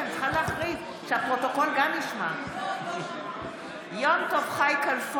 (קוראת בשמות חברי הכנסת)